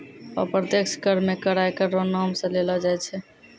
अप्रत्यक्ष कर मे कर आयकर रो नाम सं लेलो जाय छै